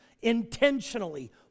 intentionally